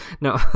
No